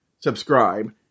Subscribe